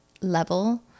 level